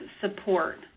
support